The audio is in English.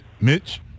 Mitch